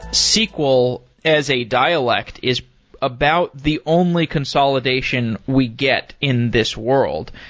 sql as a dialect is about the only consolidation we get in this world.